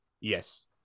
Yes